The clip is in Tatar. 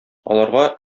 аларга